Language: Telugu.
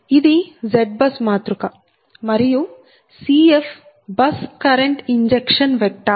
ఇది ZBUS మాతృక మరియు Cf bus current injection vector